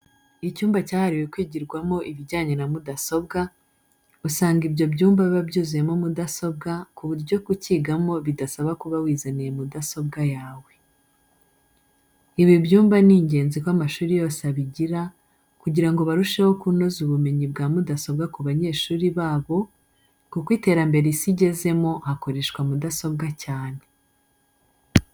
Icyumba cyahariwe kwigirwamo ibinyanye na mudasombwa, usanga ibyo byumba biba byuzuyemo mudasombwa ku buryo kukigamo bidasaba kuba wizaniye mudasobwa yawe. Ibi byumba ni ingenzi ko amashuri yose abigira kugira ngo barusheho kunoza ubumenyi bwa mudasombwa ku banyeshuri babo, kuko iterambere Isi igezemo hakoreshwa mudasombwa cyane.